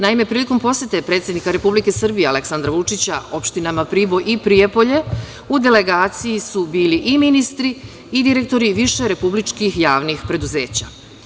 Naime, prilikom posete predsednika Republike Srbije Aleksandra Vučića opštinama Priboj i Prijepolje, u delegaciji su bili i ministri i direktori više republičkih javnih preduzeća.